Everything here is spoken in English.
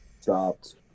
stopped